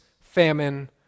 famine